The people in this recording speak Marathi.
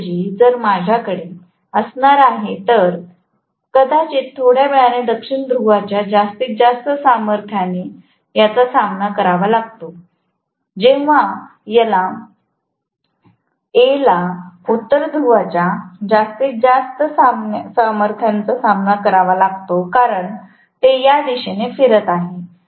त्याऐवजी जर माझ्याकडे असणार असेल तर कदाचित थोड्या वेळाने दक्षिण ध्रुवाच्या जास्तीत जास्त सामर्थ्याने याचा सामना करावा लागतो जेव्हा एला उत्तर ध्रुवाच्या जास्तीत जास्त सामर्थ्याचा सामना करावा लागतो कारण ते या दिशेने फिरत आहे